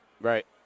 Right